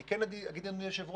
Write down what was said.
אני כן אגיד, אדוני היושב-ראש,